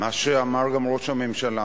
מה שאמר גם ראש הממשלה,